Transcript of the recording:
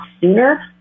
sooner